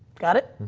got it.